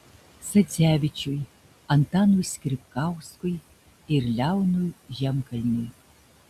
sadzevičiui antanui skripkauskui ir leonui žemkalniui